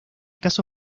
caso